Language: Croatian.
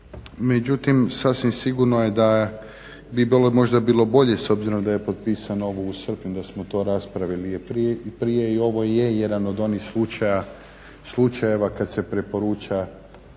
Međutim, sasvim sigurno je da bi možda bilo bolje s obzirom da je potpisano ovo u srpnju da smo to raspravili i prije i ovo je jedan od onih slučajeva kad se preporuča